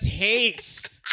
taste